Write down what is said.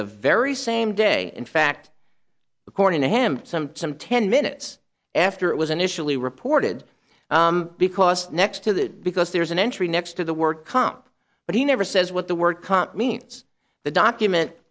the very same day in fact according to him some some ten minutes after it was initially reported because next to that because there's an entry next to the work comp but he never says what the work comp means the document